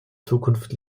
zukunft